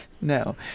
No